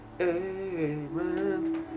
amen